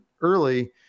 early